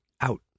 Out